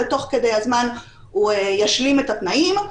ותוך כדי הזמן הוא ישלים את התנאים,